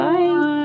Bye